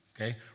okay